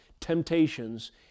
temptations